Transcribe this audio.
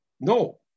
No